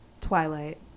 twilight